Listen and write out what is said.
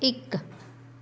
ਇੱਕ